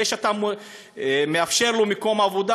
זה שאתה מאפשר לו מקום עבודה,